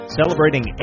celebrating